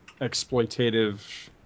Exploitative